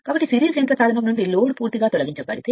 కాబట్టి సిరీస్ యంత్ర సాధనము నుండి లోడ్ పూర్తిగా తొలగించబడితే